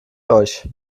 euch